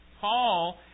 Paul